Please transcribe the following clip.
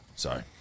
sorry